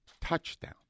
Touchdown